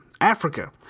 Africa